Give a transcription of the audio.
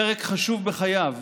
פרק חשוב בחייו,